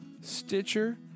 Stitcher